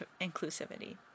inclusivity